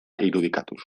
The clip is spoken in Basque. irudikatuz